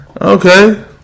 Okay